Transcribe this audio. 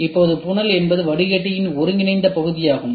இப்போது புனல் என்பது வடிகட்டியின் ஒருங்கிணைந்த பகுதியாகும்